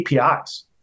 APIs